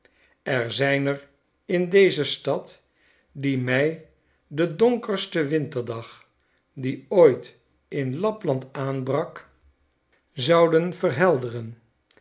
er zijn er in deze stad die mij den donkersten winterdag die ooit in lapland aanbrak zouphiladelphia den verhelderden